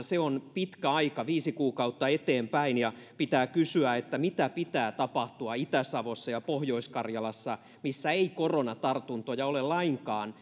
se on pitkä aika viisi kuukautta eteenpäin ja pitää kysyä että mitä pitää tapahtua itä savossa ja pohjois karjalassa missä ei koronatartuntoja ole lainkaan